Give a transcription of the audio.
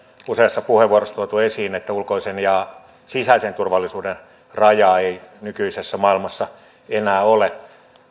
useassa puheenvuorossa tuotu esiin että ulkoisen ja sisäisen turvallisuuden rajaa ei nykyisessä maailmassa enää ole